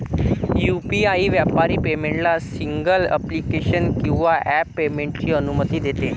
UPI व्यापारी पेमेंटला single application किंवा ॲप पेमेंटची अनुमती देते